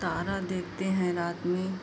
तारा देखते हैं रात में